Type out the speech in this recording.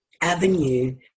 avenue